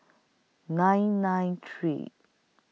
nine nine three